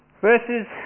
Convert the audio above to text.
verses